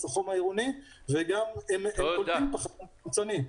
החום העירוני וגם פולטים פחמן דו חמצני.